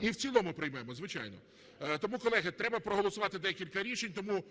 І в цілому приймемо, звичайно. Тому, колеги, треба проголосувати декілька рішень. Тому